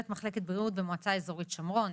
מחלקת בריאות במועצה האזורית שומרון,